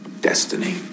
Destiny